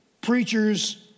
Preachers